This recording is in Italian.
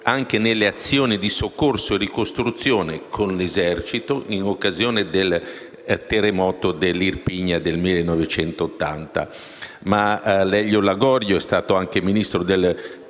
anche nelle azioni di soccorso e di ricostruzione, con l'Esercito, in occasione del terremoto dell'Irpinia del 1980.